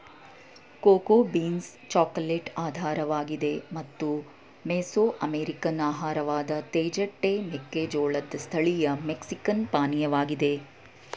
cocoa beans chocolate ಆಧಾರವಾಗಿದೆ ಮತ್ತು Mesoamerican ಆಹಾರವಾದ ತೇಜಟೆ ಮೆಕ್ಕೆಜೋಳದ್ ಸ್ಥಳೀಯ ಮೆಕ್ಸಿಕನ್ ಪಾನೀಯವಾಗಿದೆ